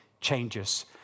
changes